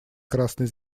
красной